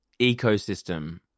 ecosystem